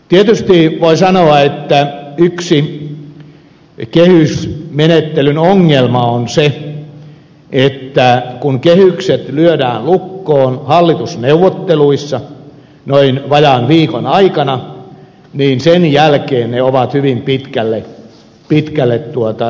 tietysti voi sanoa että yksi kehysmenettelyn ongelma on se että kun kehykset lyödään lukkoon hallitusneuvotteluissa noin vajaan viikon aikana niin sen jälkeen ne on hyvin pitkälle lyöty kiinni